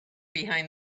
behind